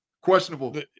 questionable